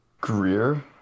Greer